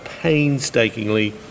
painstakingly